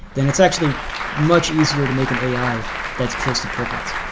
then it's actually much easier to make and ai that's close to perfect.